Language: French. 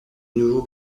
nouveau